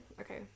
Okay